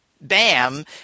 Bam